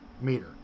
meter